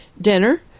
Dinner